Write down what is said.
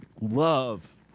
love